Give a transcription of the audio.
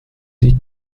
die